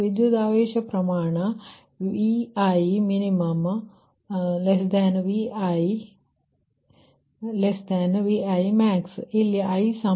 ಮತ್ತು ವಿದ್ಯುತ್ ಆವೇಶ ಪ್ರಮಾಣ Vimin≤|Vi|≤Vimax ಇಲ್ಲಿ i12m